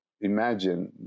imagine